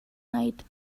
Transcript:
night